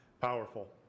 powerful